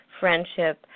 friendship